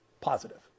positive